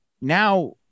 now